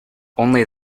only